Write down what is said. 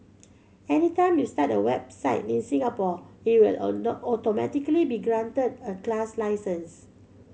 anytime you start a website in Singapore it will automatically be granted a class license